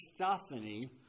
Christophany